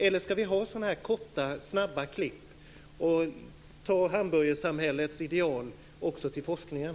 Eller skall vi ha sådana här korta, snabba klipp och acceptera hamburgersamhällets ideal också inom forskningen?